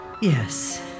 Yes